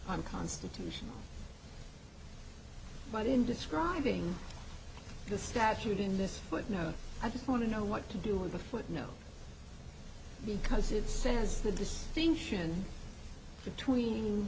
unconstitutional but in describing the statute in this footnote i just want to know what to do with the foot no because it says the distinction between